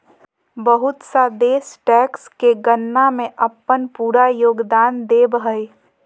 बहुत सा देश टैक्स के गणना में अपन पूरा योगदान देब हइ